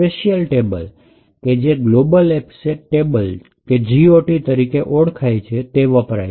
special table કે જે global offset table GOT તરીકે ઓડખાઈ છે તે વપરાય છે